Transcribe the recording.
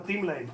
מתאים להם,